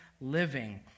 living